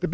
the